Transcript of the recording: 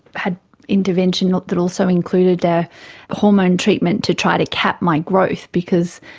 had intervention that also included a hormone treatment to try to cap my growth because,